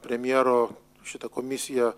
premjero šita komisija